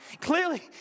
Clearly